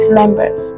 members